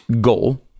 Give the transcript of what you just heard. goal